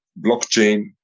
blockchain